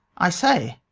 i say